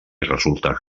resulta